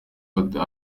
hotel